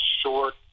short